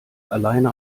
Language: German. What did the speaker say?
alleine